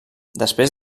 després